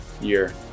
Year